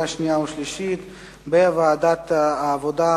קריאה שנייה ושלישית בוועדת העבודה,